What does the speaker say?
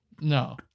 no